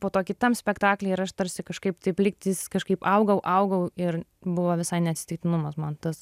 po to kitam spektakly ir aš tarsi kažkaip taip lygtais kažkaip augau augau ir buvo visai neatsitiktinumas man tas